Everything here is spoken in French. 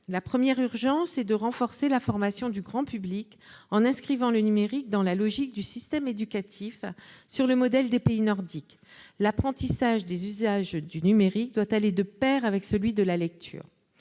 La première urgence est de renforcer l'information du grand public en inscrivant le numérique dans la logique du système éducatif, sur le modèle des pays nordiques. L'apprentissage des usages du numérique doit aller de pair avec celui de la lecture.